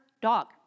dog